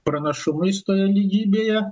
pranašumais toje lygybėje